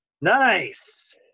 Nice